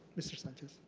mr. sanchez.